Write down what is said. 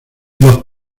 los